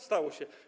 Stało się.